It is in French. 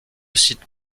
sites